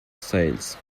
sails